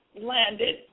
landed